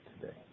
today